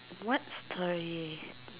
what story